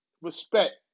Respect